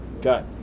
got